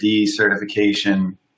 certification